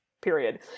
period